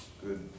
Good